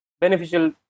beneficial